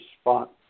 spot